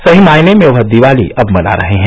सही मायने में वह दिवाली अब मना रहे हैं